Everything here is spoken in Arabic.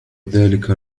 ذلك